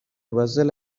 vessel